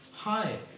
Hi